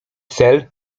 cel